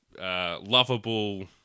Lovable